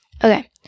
Okay